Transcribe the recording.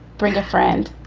bring a friend.